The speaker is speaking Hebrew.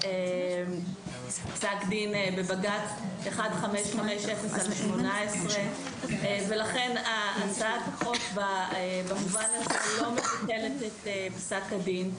פסק דין בבג"צ 1550/18 ולכן הצעת החוק במובן הזה לא מבטלת את פסק הדין.